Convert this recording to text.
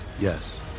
Yes